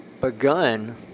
begun